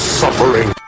suffering